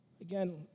Again